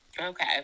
Okay